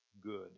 good